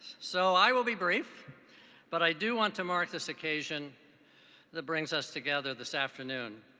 so i will be brief but i do want to mark this occasion that brings us together this afternoon.